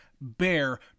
bear